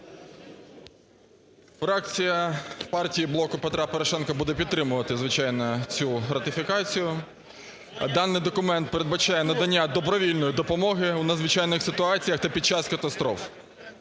Фракція Партії "Блоку Петра Порошенка" буде підтримувати, звичайно, цю ратифікацію. Даний документ передбачає надання добровільної допомоги у надзвичайних ситуаціях та під час катастроф.